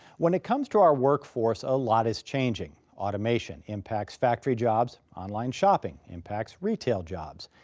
when it comes to our workforce, a lot is changing. automation impacts factory jobs, online shopping impacts retail jobs.